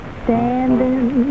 standing